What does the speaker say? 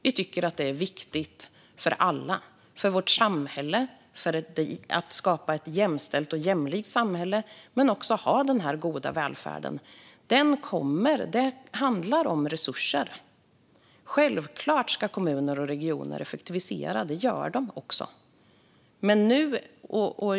Vi tycker att det är viktigt för alla - för vårt samhälle, för att skapa ett jämställt och jämlikt samhälle men också ha den här goda välfärden. Det handlar om resurser. Självklart ska kommuner och regioner effektivisera. Det gör de också.